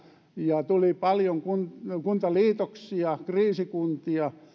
ja tuli paljon kuntaliitoksia kriisikuntia